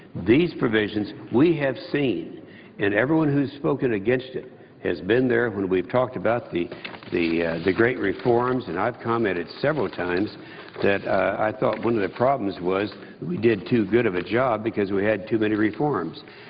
these provisions we have seen and everyone who has spoken against it has been there when we talked about the the great reforms and i've commented several times that i thought one of the problems was that we did too good of a job because we had too many reforms.